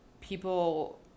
People